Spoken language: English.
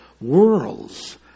worlds